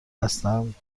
هستند